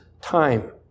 time